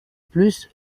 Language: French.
plus